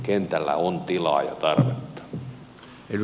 kentällä on tilaa ja tarvetta